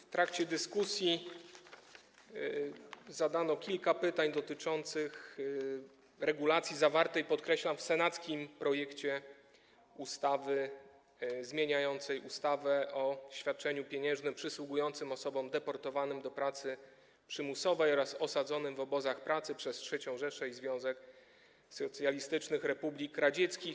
W trakcie dyskusji zadano kilka pytań dotyczących regulacji zawartej, podkreślam, w senackim projekcie ustawy zmieniającej ustawę o świadczeniu pieniężnym przysługującym osobom deportowanym do pracy przymusowej oraz osadzonym w obozach pracy przez III Rzeszę i Związek Socjalistycznych Republik Radzieckich.